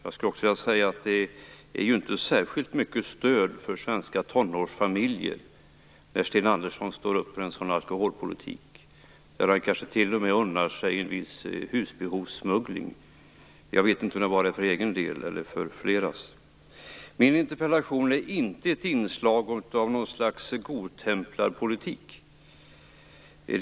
Jag skulle också vilja säga att det inte är särskilt mycket stöd för svenska tonårsfamiljer när Sten Andersson står upp för en sådan alkoholpolitik och kanske t.o.m. unnar sig en viss husbehovssmuggling. Jag vet inte om det var för egen del eller för flera andras. Min interpellation är inte ett inslag av något slags godtemplarpolitik.